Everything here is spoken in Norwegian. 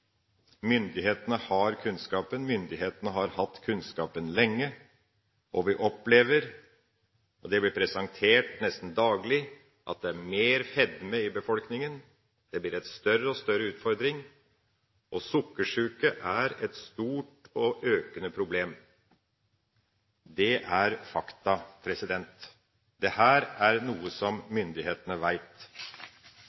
Myndighetene har kunnskapen. Myndighetene har hatt kunnskapen lenge, men vi opplever – det blir presentert nesten daglig – at det er blitt mer fedme i befolkninga, at det blir en større og større utfordring, og at sukkersyke er et stort og økende problem. Det er fakta. Dette er noe som